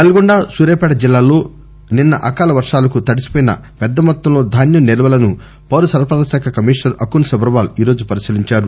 నల్గొండ సూర్యాపేట జిల్లాల్లో నిన్న అకాల వర్షాలకు తడిసిపోయిన పెద్ద మొత్తంలో ధాన్యం నిల్వలను పౌర సరఫరాల శాఖ కమిషనర్ అకున్ సబర్వాల్ ఈరోజు పరిశీలించారు